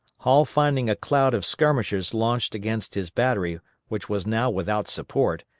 hall finding a cloud of skirmishers launched against his battery which was now without support,